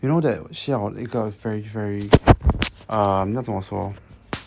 you know that 需要一个 very very uh 那种什么